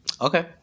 Okay